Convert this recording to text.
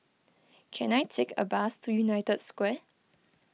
can I take a bus to United Square